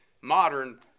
modern